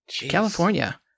California